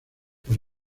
por